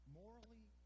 morally